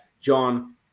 John